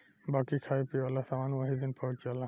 बाकी खाए पिए वाला समान ओही दिन पहुच जाला